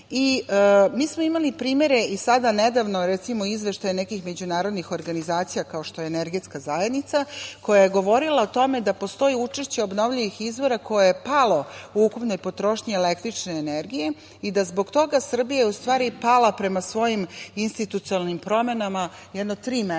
smo imali primere i sada nedavno, recimo, izveštaji nekih međunarodnih organizacija kao što je energetska zajednica koja je govorila o tome da postoji učešće obnovljivih izvora koje je palo u ukupnoj potrošnji električne energije i da zbog toga Srbija je u stvari pala prema svojim institucionalnim promenama jedno tri mesta